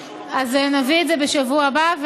נביא את זה בשבוע הבא,